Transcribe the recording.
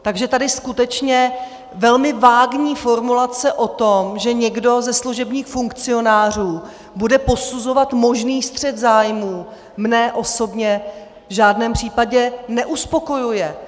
Takže tady skutečně velmi vágní formulace o tom, že někdo ze služebních funkcionářů bude posuzovat možný střet zájmů, mě osobně v žádném případě neuspokojuje.